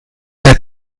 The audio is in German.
der